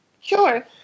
Sure